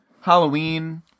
Halloween